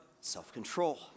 self-control